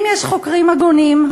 אם יש חוקרים הגונים,